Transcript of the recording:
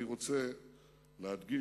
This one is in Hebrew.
אני רוצה להדגיש,